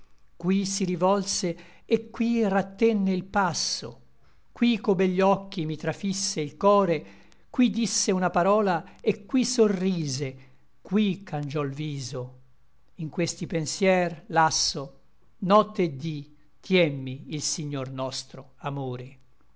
qui si rivolse et qui rattenne il passo qui co begli occhi mi trafisse il core qui disse una parola et qui sorrise qui cangiò l viso in questi pensier lasso nocte et dí tiemmi il signor nostro amore